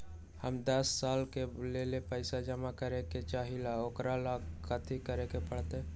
हम दस साल के लेल पैसा जमा करे के चाहईले, ओकरा ला कथि करे के परत?